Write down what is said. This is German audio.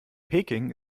peking